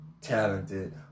talented